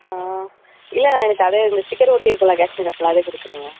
இல்லைண்ணா எனக்கு அதே இந்த ஸ்டிக்கர் ஒட்டிருக்கில்ல காஷ்மீர் ஆப்பிள் அதே கொடுத்துருங்க